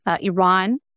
Iran